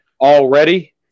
already